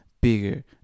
bigger